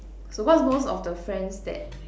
so cause most of the friends that